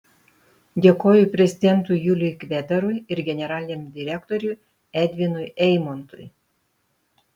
dėkoju prezidentui juliui kvedarui ir generaliniam direktoriui edvinui eimontui